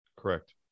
Correct